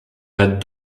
had